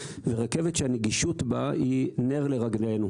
ורכבת שהנגישות בה היא נר לרגלינו.